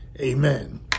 amen